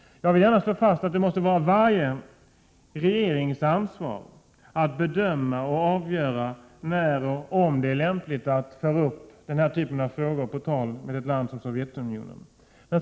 Jag vill gärna slå fast att det måste vara varje regerings ansvar att bedöma och avgöra när och om det är lämpligt att föra denna typ av frågor på tal med ett land som Sovjetunionen.